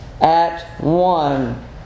at-one